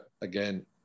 again